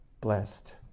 blessed